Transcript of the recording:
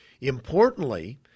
Importantly